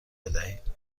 بدهید